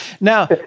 Now